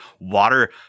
water